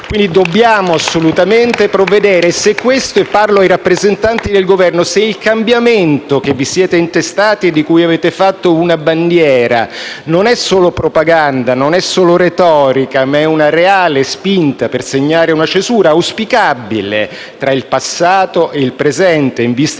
quindi, assolutamente provvedere, e - parlo ai rappresentanti del Governo - se il cambiamento che vi siete intestati e di cui avete fatto una bandiera non è solo propaganda, se non è solo retorica, ma una reale spinta per segnare una cesura -auspicabile - tra il passato e il presente, in vista